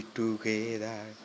together